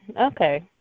Okay